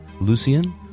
Lucian